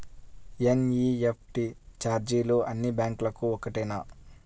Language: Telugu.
ఎన్.ఈ.ఎఫ్.టీ ఛార్జీలు అన్నీ బ్యాంక్లకూ ఒకటేనా?